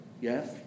Yes